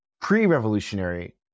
pre-revolutionary